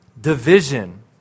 division